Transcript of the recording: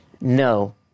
No